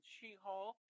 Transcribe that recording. She-Hulk